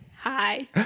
hi